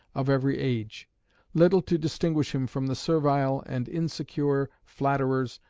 of every age little to distinguish him from the servile and insincere flatterers,